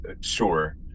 sure